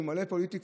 שהוא מלא פוליטיקה,